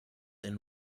and